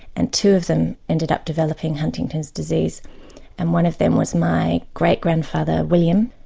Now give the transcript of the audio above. and two of them ended up developing huntington's disease and one of them was my great grandfather william.